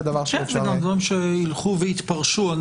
זה גם דברים שיילכו ויתפרשו,